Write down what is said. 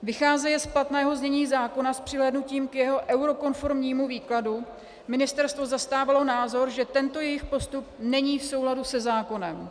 Vycházeje z platného znění zákona s přihlédnutím k jeho eurokonformnímu výkladu ministerstvo zastávalo názor, že tento jejich postup není v souladu se zákonem.